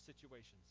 situations